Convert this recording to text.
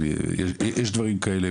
יש דברים כאלה.